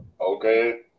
Okay